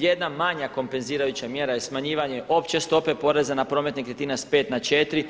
Jedna manja kompenzirajuća mjera je smanjivanje opće stope poreza na promet nekretnina s 5 na 4.